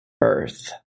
Earth